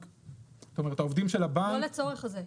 זאת אומרת העובדים של הבנק --- לא לצורך הזה.